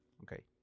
Okay